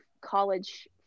college